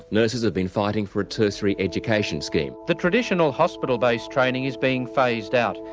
nurses have been fighting for a tertiary education scheme. the traditional hospital-based training is being phased out,